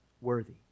worthy